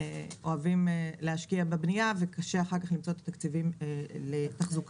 אוהבים להשקיע בבנייה וקשה אחר כך למצוא את התקציבים לתחזוקה.